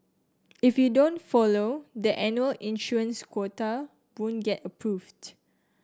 if you don't follow the annual issuance quota won't get approved